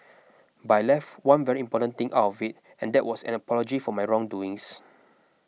by left one very important thing out of it and that was an apology for my wrong doings